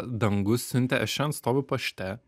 dangus siuntė aš šiandien stoviu pašte